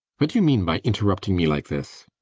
what do you mean by interrupting me like this?